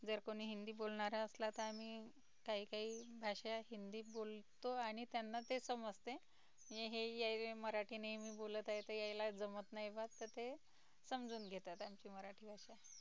जर कोणी हिंदी बोलणारा असला तर आम्ही काही काही भाषा हिंदी बोलतो आणि त्यांना ते समजते हे या मराठी नेहमी बोलत आहे तर याला जमत नाही बा तर ते समजून घेतात आमची मराठी भाषा